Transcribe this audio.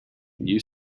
you